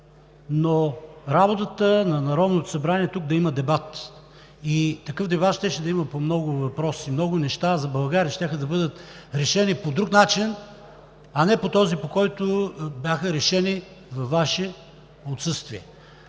но работата на Народното събрание е тук да има дебат. Такъв дебат щеше да има по много въпроси и много неща за България щяха да бъдат решени по друг начин, а не по този, по който бяха решени във Ваше отсъствие.